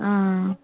ஆ ஆ